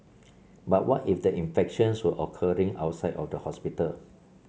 but what if the infections were occurring outside of the hospital